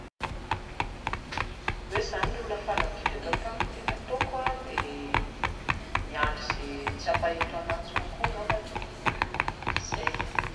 Raha hoe izaho no olona farany indrindra eto an-tany dia ny hataoko dia miandry an'izay tsy hampahaeto ahy intsony koa angambany, izay